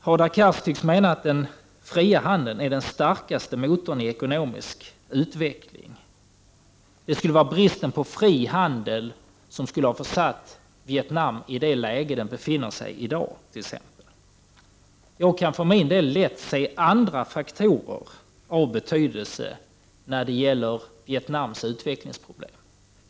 Hadar Cars tycks mena att den fria handeln är den starkaste motorn i ekonomisk utveckling. Det var tydligen bristen på fri handel som försatte Vietnam i den nuvarande situationen. Själv kan jag tänka mig andra faktorer av betydelse som orsaker till Vietnams utvecklingsproblem.